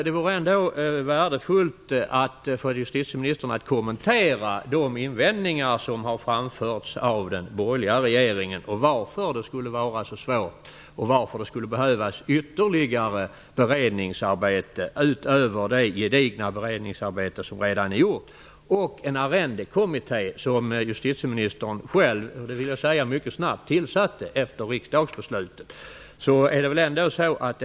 Det vore ändå värdefullt om justitieministern kommenterade de invändningar som har framförts av den borgerliga regeringen om svårigheterna och varför det skulle behövas ytterligare beredningsarbete utöver det gedigna beredningsarbete som redan är gjort. Justitieministern tillsatte själv mycket snabbt, vill jag säga, en arrendekommitté efter riksdagsbeslutet.